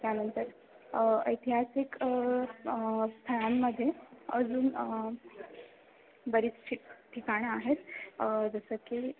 त्यानंतर ऐतिहासिक स्थळांमधे अजून बरीच ठिक ठिकाणं आहेत जसं की